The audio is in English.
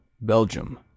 Belgium